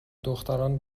دختران